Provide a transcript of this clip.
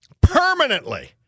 permanently